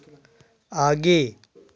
आगे